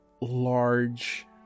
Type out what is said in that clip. large